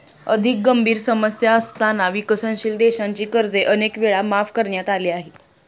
अधिक गंभीर समस्या असताना विकसनशील देशांची कर्जे अनेक वेळा माफ करण्यात आली आहेत